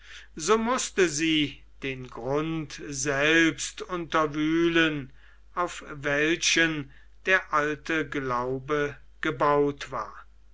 so mußte sie den grund selbst unterwühlen auf welchen der alte glaube gebaut war